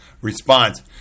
response